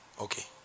Okay